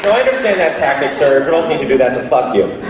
i understand that tactic sir girls need to do that to fuck you.